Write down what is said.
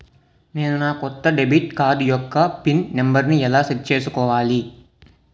నేను నా కొత్త డెబిట్ కార్డ్ యెక్క పిన్ నెంబర్ని ఎలా సెట్ చేసుకోవాలి?